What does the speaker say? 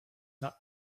not